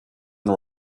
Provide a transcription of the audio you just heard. and